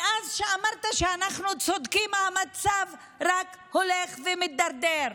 מאז שאמרת שאנחנו צודקים המצב רק הולך ומידרדר.